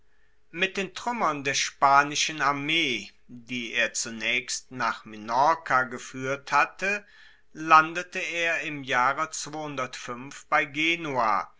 mit den truemmern der spanischen armee die er zunaechst nach minorca gefuehrt hatte landete er im jahre bei genua